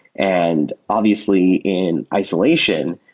and obviously, in isolation,